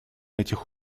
этих